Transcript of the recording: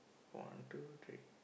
one two three